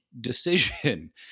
decision